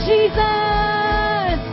Jesus